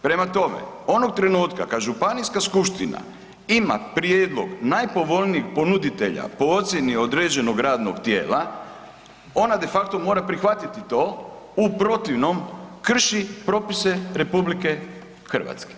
Prema tome, onog trenutka kad županijska skupština ima prijedlog najpovoljnijeg ponuditelja po ocjeni određenog radnog tijela, ona de facto mora prihvatiti to, u protivnom krši propise RH.